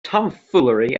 tomfoolery